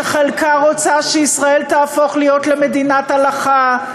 שחלקה רוצה שישראל תהפוך להיות מדינת הלכה,